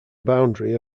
boundary